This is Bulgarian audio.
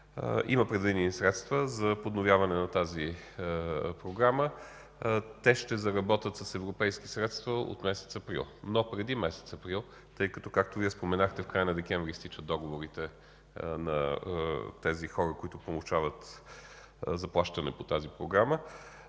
има предвидени средства за подновяване на тази програма. Те ще заработят с европейски средства през месец април. Но преди месец април, тъй като както Вие споменахте, в края на декември изтичат договорите на тези хора, които получават заплащане по тази програма,